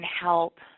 help